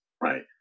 right